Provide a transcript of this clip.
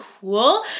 cool